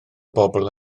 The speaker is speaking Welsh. bobl